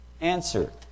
Answer